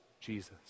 Jesus